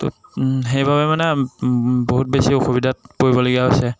ত' সেইবাবে মানে বহুত বেছি অসুবিধাত পৰিবলগীয়া হৈছে